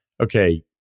okay